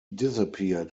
disappeared